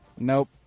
Nope